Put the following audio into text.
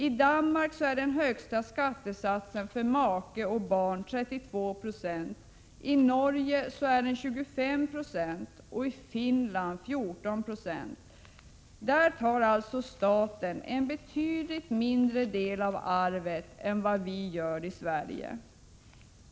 I Danmark är den högsta skattesatsen för make och barn 32 26. I Norge är den 25 96 och i Finland 14 96. Där tar alltså staten en betydligt mindre del av arvet än vad vi gör i Sverige.